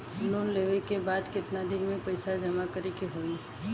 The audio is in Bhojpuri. लोन लेले के बाद कितना दिन में पैसा जमा करे के होई?